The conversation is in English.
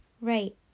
Right